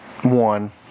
one